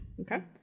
Okay